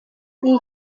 iyi